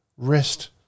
rest